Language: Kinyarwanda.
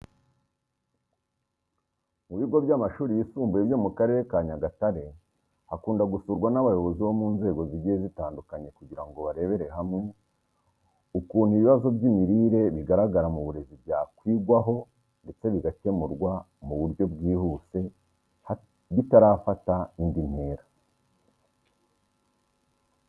Mu bigo by'amashuri yisumbuye byo mu Karere ka Nyagatare hakunda gusurwa n'abayobozi bo mu nzego zigiye zitandukanye kugira ngo barebere hamwe ukuntu ibibazo by'imirire bigaragara mu burezi byakwigwaho ndetse bigakemurwa mu buryo bwihuse bitarafata indi ntera.